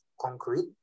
concrete